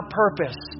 purpose